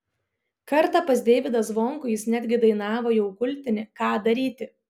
kartą pas deivydą zvonkų jis netgi dainavo jau kultinį ką daryti